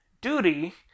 duty